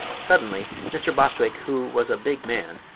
suddenly mr. bostwick, who was a big man,